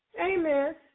Amen